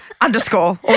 underscore